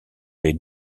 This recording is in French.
les